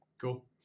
Cool